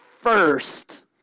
first